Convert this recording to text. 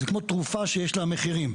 זה כמו תרופה שיש לה מחירים.